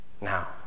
Now